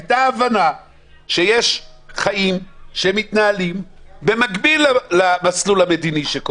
הייתה הבנה שיש חיים שמתנהלים במקביל למסלול המדיני.